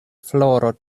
floro